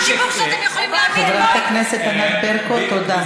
שלך, חברת הכנסת ענת ברקו, תודה.